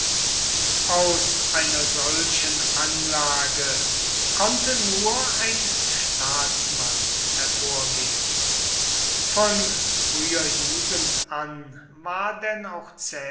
aus einer solchen anlage konnte nur ein staatsmann hervorgehen von früher jugend an war denn auch